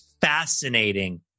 fascinating